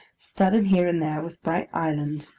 studded here and there with bright islands,